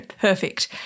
perfect